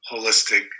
holistic